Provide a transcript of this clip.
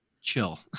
chill